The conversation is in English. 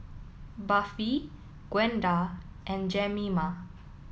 Buffy Gwenda and Jemima